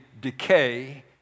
decay